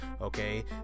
okay